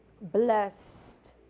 blessed